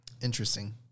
Interesting